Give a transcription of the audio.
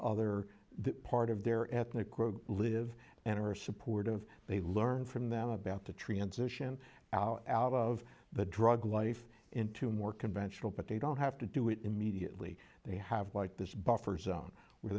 other part of their ethnic group live in or supportive they learn from them about the transition out of the drug life into more conventional but they don't have to do it immediately they have like this